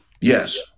yes